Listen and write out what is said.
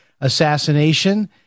Assassination